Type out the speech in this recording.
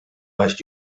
baix